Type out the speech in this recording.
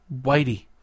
Whitey